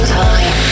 time